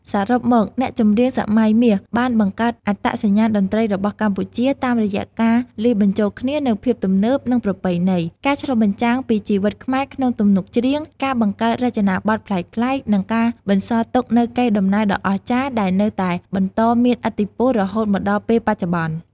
សរុបមក អ្នកចម្រៀងសម័យមាសបានបង្កើតអត្តសញ្ញាណតន្ត្រីរបស់កម្ពុជាតាមរយៈការលាយបញ្ចូលគ្នានូវភាពទំនើប និងប្រពៃណី ការឆ្លុះបញ្ចាំងពីជីវិតខ្មែរក្នុងទំនុកច្រៀង ការបង្កើតរចនាបថប្លែកៗ និងការបន្សល់ទុកនូវកេរដំណែលដ៏អស្ចារ្យដែលនៅតែបន្តមានឥទ្ធិពលរហូតមកដល់ពេលបច្ចុប្បន្ន។